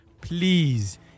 please